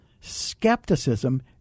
skepticism